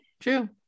true